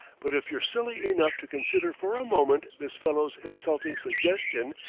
but if you're silly enough to consider for a moment this fellow's insulting suggestion,